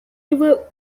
river